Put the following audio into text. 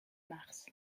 mars